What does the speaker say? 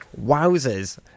Wowzers